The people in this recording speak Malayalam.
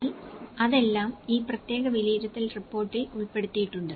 അതിനാൽ അതെല്ലാം ഈ പ്രത്യേക വിലയിരുത്തൽ റിപ്പോർട്ടിൽ ഉൾപ്പെടുത്തിയിട്ടുണ്ട്